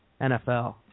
NFL